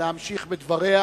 להמשיך בדבריה.